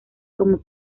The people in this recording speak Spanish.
como